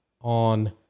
on